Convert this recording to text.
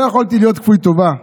לא יכולתי להיות כפוי טובה,